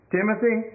Timothy